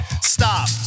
Stop